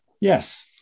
Yes